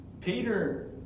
peter